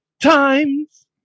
times